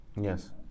Yes